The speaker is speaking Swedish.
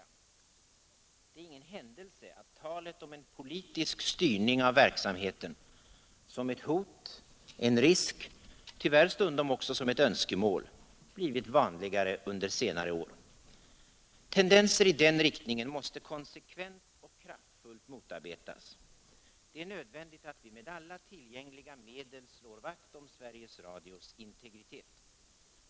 Det är ingen händelse att talet om en politisk styrning av verksamheten —- som ett hot, en risk, tyvärr stundom också som ett önskemål — blivit vanligare under senare år. Tendenser i den riktningen måste konsekvent och kraftfullt motarbetas. Det är nödvändigt att vi med alla tillgängliga medel slår vakt om Sveriges Radios integritet.